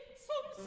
since